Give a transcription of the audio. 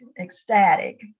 ecstatic